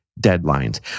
deadlines